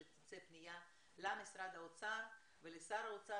שתצא פנייה למשרד האוצר ולשר האוצר